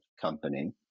company